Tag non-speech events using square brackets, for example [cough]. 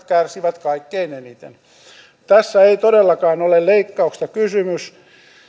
[unintelligible] kärsivät kaikkein eniten tässä ei todellakaan ole leikkauksista kysymys